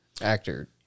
actor